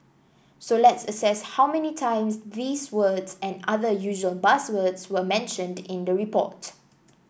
so let's assess how many times these words and other usual buzzwords were mentioned in the report